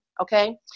okay